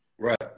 Right